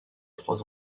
trois